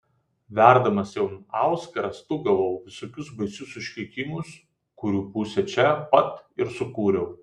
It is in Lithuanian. verdamas jam auskarą stūgavau visokius baisius užkeikimus kurių pusę čia pat ir sukūriau